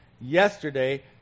yesterday